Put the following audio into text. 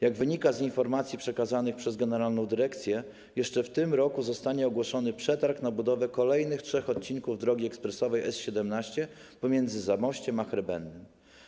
Jak wynika z informacji przekazanych przez generalną dyrekcję, jeszcze w tym roku zostanie ogłoszony przetarg na budowę kolejnych trzech odcinków drogi ekspresowej S17 pomiędzy Zamościem a Hrebennem.